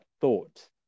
thought